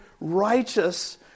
righteous